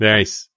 Nice